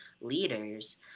leaders